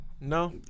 No